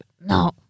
No